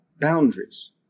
boundaries